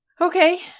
Okay